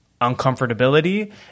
uncomfortability